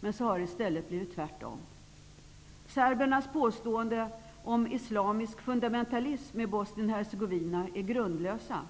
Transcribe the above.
Men så har det i stället blivit tvärtom. Serbernas påståenden om islamisk fundamentalism i Bosnien-Hercegovina är grundlösa.